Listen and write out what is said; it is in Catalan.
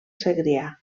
segrià